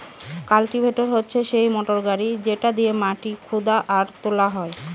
cultivator হচ্ছে সেই motor গাড়ি যেটা দিয়েক মাটি খুদা আর তোলা হয়